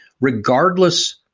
regardless